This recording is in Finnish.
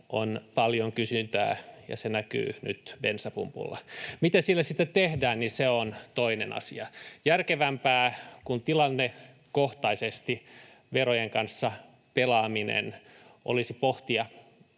on paljon kysyntää, ja se näkyy nyt bensapumpulla. Mitä sille sitten tehdään, se on toinen asia. Järkevämpää kuin tilannekohtaisesti verojen kanssa pelaaminen olisi pohtia